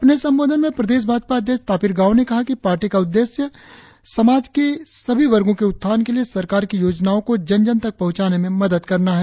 अपने संबोधन में प्रदेश भाजपा अध्यक्ष तापिर गाव ने कहा कि पार्टी का उद्देश्य समाज के वर्गों के उत्थान के लिए सरकार की योजनाओं को जन जन तक पहुंचाने में मदद करना है